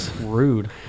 rude